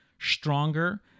Stronger